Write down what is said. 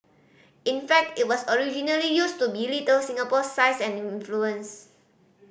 in fact it was originally used to belittle Singapore's size and influence